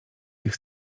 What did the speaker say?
tych